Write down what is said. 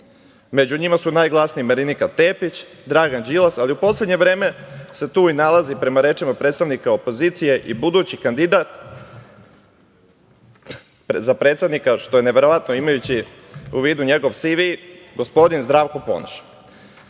Među njima su najglasniji Marinika Tepić, Dragan Đilas, ali u poslednje vreme se tu nalazi, prema rečima predstavnika opozicije, i budući kandidat za predsednika, što je neverovatno imajući u vidu njegov CV, gospodin Zdravko Ponoš.